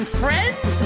friends